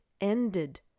ended